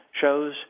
shows